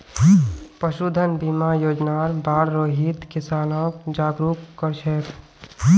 पशुधन बीमा योजनार बार रोहित किसानक जागरूक कर छेक